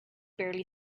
barely